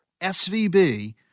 SVB